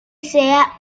sea